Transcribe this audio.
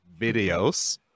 videos